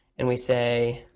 and we say